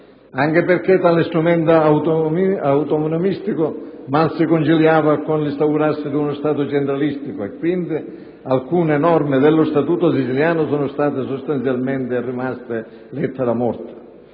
anche perché tale strumento autonomistico mal si conciliava con l'instaurarsi di uno Stato centralistico. Alcune norme dello Statuto siciliano, quindi, sono sostanzialmente rimaste lettera morta.